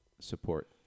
support